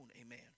Amen